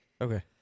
Okay